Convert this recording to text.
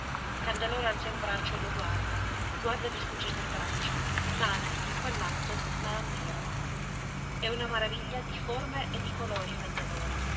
urgenti candelora alza il braccio e lo guarda guarda di sfuggita il braccio nane in quell'atto la ammira è una maraviglia di forme e di colori candelora